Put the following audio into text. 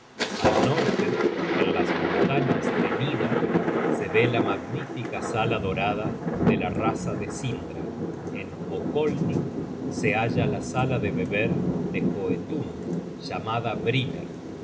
al norte en las montañas de nida se ve la magnífica sala dorada de la raza de sindra en okolni se halla la sala de beber de joetun llamada briner